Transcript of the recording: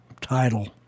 title